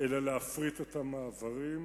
אלא להפריט את המעברים,